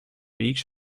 each